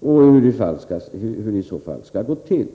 och hur de i så fall skall gå till.